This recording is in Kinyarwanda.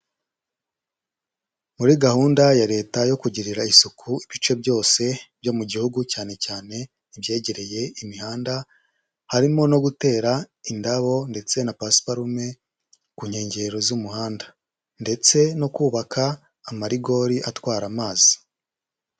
Muri gahunda ya Leta yo kugirira isuku ibice byose byo mu gihugu, cyane cyane ibyegereye imihanda, harimo no gutera indabo ndetse na pasuparume ku nkengero z'umuhanda, ndetse no kubaka amarigori atwara amazi.